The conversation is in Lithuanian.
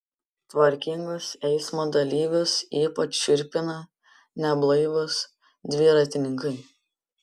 tvarkingus eismo dalyvius ypač šiurpina neblaivūs dviratininkai